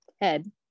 head